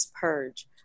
purge